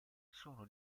sono